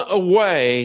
away